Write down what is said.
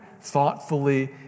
thoughtfully